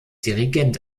dirigent